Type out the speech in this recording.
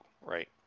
right